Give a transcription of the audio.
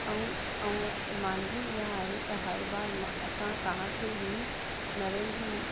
ऐं ऐं मुंहिंजी इहा आहे त हर बार मां असां तव्हांखे ई नरेंद्र